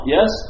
Yes